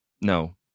no